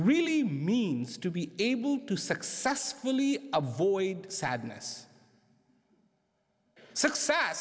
really means to be able to successfully avoid sadness s